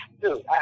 dude